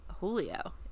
julio